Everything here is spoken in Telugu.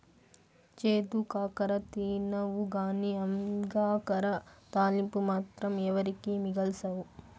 చేదు కాకర తినవుగానీ అంగాకర తాలింపు మాత్రం ఎవరికీ మిగల్సవు